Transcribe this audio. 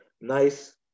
nice